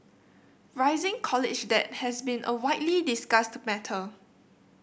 rising college debt has been a widely discussed matter